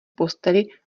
posteli